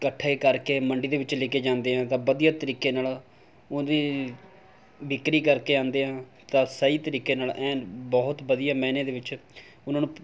ਇਕੱਠੇ ਕਰਕੇ ਮੰਡੀ ਦੇ ਵਿੱਚ ਲੈ ਕੇ ਜਾਂਦੇ ਆ ਤਾਂ ਵਧੀਆ ਤਰੀਕੇ ਨਾਲ ਉਹਦੀ ਵਿਕਰੀ ਕਰਕੇ ਆਉਂਦੇ ਆ ਤਾਂ ਸਹੀ ਤਰੀਕੇ ਨਾਲ ਐਨ ਬਹੁਤ ਵਧੀਆ ਮਾਇਨੇ ਦੇ ਵਿੱਚ ਉਹਨਾਂ ਨੂੰ